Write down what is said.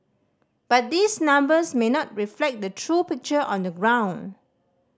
but these numbers may not reflect the true picture on the ground